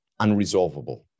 unresolvable